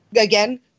again